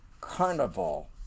carnival